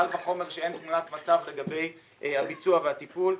קל וחומר כשאין תמונת מצב לגבי הביצוע והטיפול.